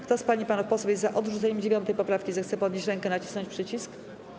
Kto z pań i panów posłów jest za odrzuceniem 9. poprawki, zechce podnieść rękę i nacisnąć przycisk.